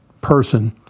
person